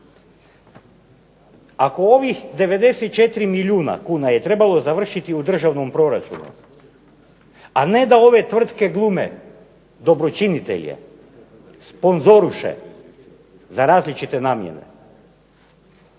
Ako ovih 94 milijuna kuna je trebalo završiti u državnom proračunu, a ne da ove tvrtke glume dobročinitelje, sponzoruše za različite namjene